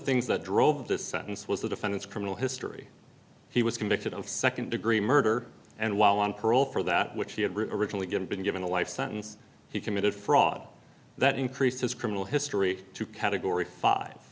things that drove this sentence was the defendant's criminal history he was convicted of second degree murder and while on parole for that which he had originally given been given a life sentence he committed fraud that increased his criminal history to category five